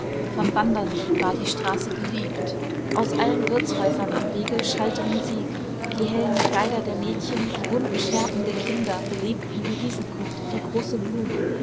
von wandernden war die straße belebt aus allen wirtshäusern am wege schallte musik die hellen kleider der mädchen die bunten schärpen der kinder belebten die wiesengründe wie große blumen